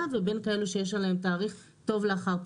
ובין כאלה שיש עליהם תאריך "טוב לאחר פתיחה".